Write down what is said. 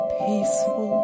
peaceful